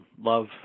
love